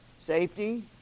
Safety